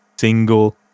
single